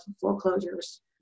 foreclosures